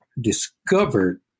discovered